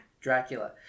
Dracula